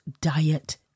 diet